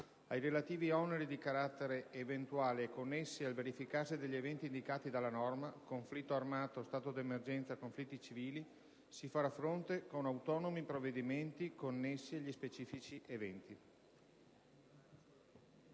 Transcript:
ai relativi oneri, di carattere eventuale e connessi al verificarsi degli eventi indicati dalla norma (conflitto armato, stato d'emergenza, conflitti civili), si farà fronte con autonomi provvedimenti connessi agli specifici eventi».